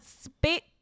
spit